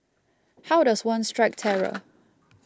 how does one strike terror